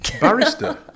Barrister